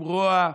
עם רוע,